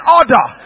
order